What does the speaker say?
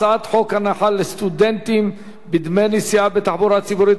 הצעת חוק הנחה לסטודנטים בדמי נסיעה בתחבורה ציבורית,